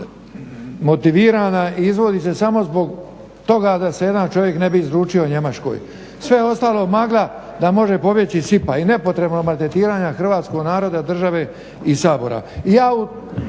motivirana i izvodi se samo zbog toga da se jedan čovjek ne bi izručio Njemačkoj. Sve je ostalo magla da može pobjeći …/Govornik se ne razumije./… i nepotrebnog maltretiranja hrvatskog naroda, države i Sabora.